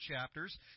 chapters